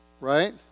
Right